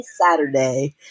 Saturday